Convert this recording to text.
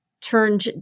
turned